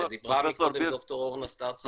דיברה קודם ד"ר אורנה סטרץ חכם,